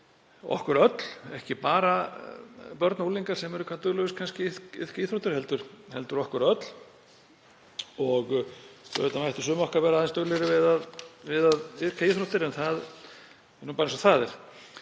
okkur öll, ekki bara börn og unglinga, sem eru kannski hvað duglegust í íþróttum, heldur okkur öll. Auðvitað mættu sum okkar vera aðeins duglegri við að iðka íþróttir en það er nú bara eins og það er.